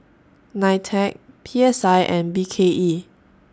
NITEC P S I and B K E